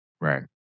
Right